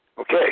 Okay